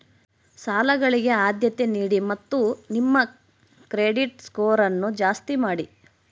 ಸಾಲಗಳಿಗೆ ಆದ್ಯತೆ ನೀಡಿ ಮತ್ತು ನಿಮ್ಮ ಕ್ರೆಡಿಟ್ ಸ್ಕೋರನ್ನು ಜಾಸ್ತಿ ಮಾಡಿ